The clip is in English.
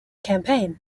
campaign